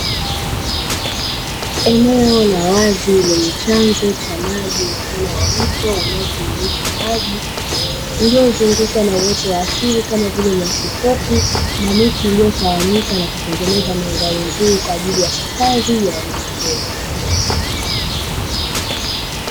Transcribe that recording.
Eneo la wazi lenye chanzo cha maji mfano wa mto unaotiririsha maji, uliyozungukwa na uoto wa asili, kama vile nyasi fupi na miti iliyotawanyika na kutengeneza mandhari nzuri kwa ajili ya hifadhi ya wanyamapori.